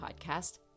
podcast